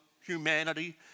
humanity